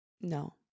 No